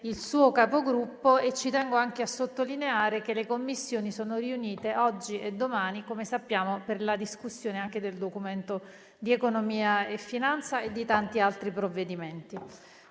del suo Gruppo. Tengo anche a sottolineare che le Commissioni sono riunite oggi e domani, come sappiamo, anche per la discussione del Documento di economia e finanza e di tanti altri provvedimenti.